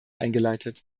eingeleitet